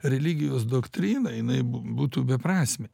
religijos doktrina jinai būtų beprasmė